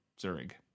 Zurich